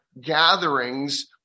gatherings